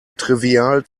trivial